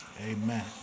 amen